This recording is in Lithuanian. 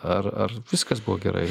ar ar viskas buvo gerai